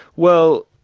well,